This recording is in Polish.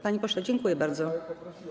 Panie pośle, dziękuję bardzo.